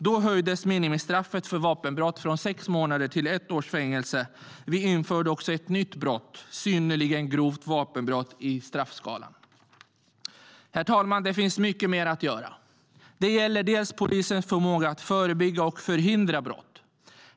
Då höjdes minimistraffet för vapenbrott från sex månader till ett års fängelse. Vi införde också ett nytt brott, synnerligen grovt vapenbrott, i straffskalan. Herr talman! Det finns mycket mer att göra. Det gäller polisens förmåga att förebygga och förhindra brott.